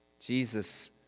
Jesus